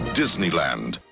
disneyland